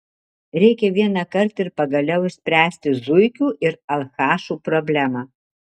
reikia vienąkart ir pagaliau išspręsti zuikių ir alchašų problemą